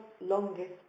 longest